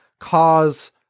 cause